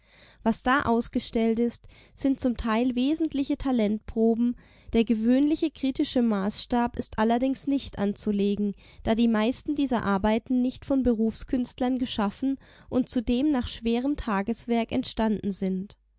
was da ausgestellt ist sind zum teil wesentliche talentproben der gewöhnliche kritische maßstab ist allerdings nicht anzulegen da die meisten dieser arbeiten nicht von berufskünstlern geschaffen und zudem nach schwerem tageswerk entstanden sind